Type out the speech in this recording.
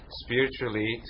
spiritually